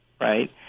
right